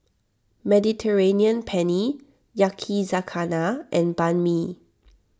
Mediterranean Penne Yakizakana and Banh Mi